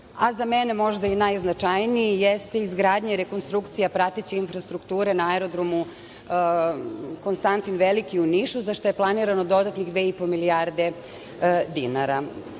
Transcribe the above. a za mene možda najznačajniji jeste izgradnja i rekonstrukcija prateće infrastrukture na aerodromu Konstantin Veliki u Nišu za šta je planirano dodatnih dve i po milijarde dinara.U